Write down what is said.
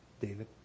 David